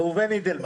ראובן אידלמן.